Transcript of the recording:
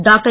doctor